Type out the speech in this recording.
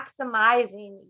maximizing